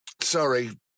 Sorry